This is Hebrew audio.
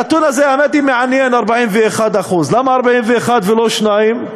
הנתון הזה, האמת היא, מעניין, 41%. למה 41 ולא 42?